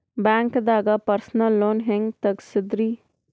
ಬ್ಯಾಂಕ್ದಾಗ personal loan ಹೆಂಗ್ ತಗ್ಸದ್ರಿ?